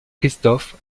christophe